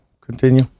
Continue